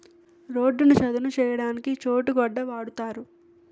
రోడ్డును చదును చేయడానికి చోటు గొడ్డ వాడుతారు